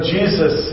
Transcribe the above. Jesus